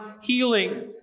healing